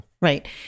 Right